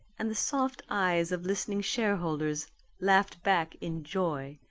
and the soft eyes of listening shareholders laughed back in joy.